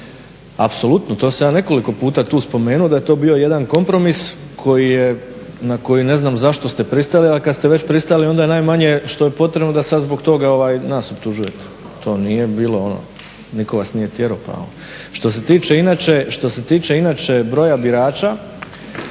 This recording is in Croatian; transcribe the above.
Apsolutno, to sam ja nekoliko puta tu spomenuo da je to bio jedan kompromis na koji ne znam zašto ste pristali, ali kad ste već pristali onda je najmanje što je potrebno da sad zbog toga nas optužujete. To nije bilo, ono nitko vas nije tjerao. Što se tiče inače broja birača